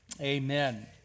amen